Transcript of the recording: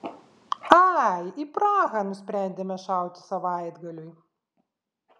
ai į prahą nusprendėme šauti savaitgaliui